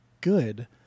good